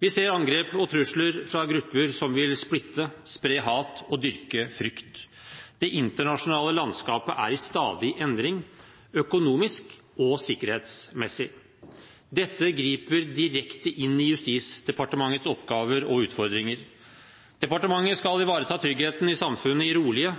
Vi ser angrep og trusler fra grupper som vil splitte, spre hat og dyrke frykt. Det internasjonale landskapet er i stadig endring – økonomisk og sikkerhetsmessig. Dette griper direkte inn i Justisdepartementets oppgaver og utfordringer. Departementet skal ivareta tryggheten i samfunnet i rolige